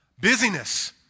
busyness